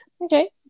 Okay